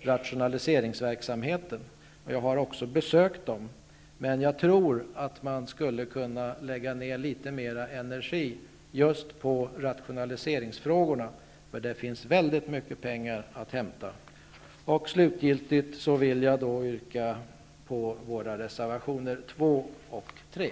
rationaliseringsverksamheten. Jag har själv besökt denna myndighet. Men jag tror att man skulle kunna ägna litet mer energi just åt rationaliseringsfrågorna. I det sammanhanget finns det väldigt mycket pengar att hämta. Slutligen yrkar jag bifall till våra reservationer, dvs.